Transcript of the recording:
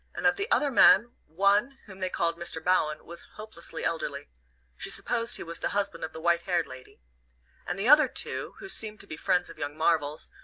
and of the other men one, whom they called mr. bowen, was hopelessly elderly she supposed he was the husband of the white-haired lady and the other two, who seemed to be friends of young marvell's,